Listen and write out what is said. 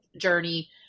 journey